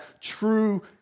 true